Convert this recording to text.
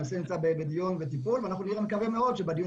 הנושא נמצא בדיון ובטיפול ואני מקווה מאוד שבדיון